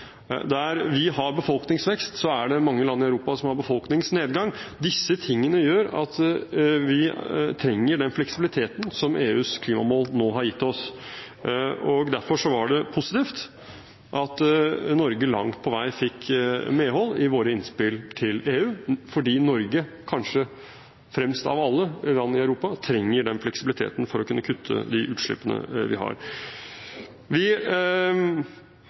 Der vi har befolkningsvekst, er det mange land i Europa som har befolkningsnedgang. Disse tingene gjør at vi trenger den fleksibiliteten som EUs klimamål nå har gitt oss. Derfor var det positivt at vi i Norge langt på vei fikk medhold i våre innspill til EU, fordi vi i Norge kanskje mest av alle land i Europa trenger den fleksibiliteten for å kunne kutte de utslippene vi har. Vi